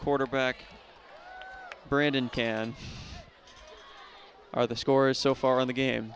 quarterback brandon can are the scores so far in the game